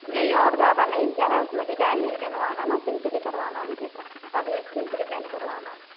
नहीं और ज्यादा नहीं क्या है उसमें डिजाइन नहीं डलवाना है ना सिम्पिल ही करवाना है मुझे तो खाली आस्तीन पर डिजाइन करवाना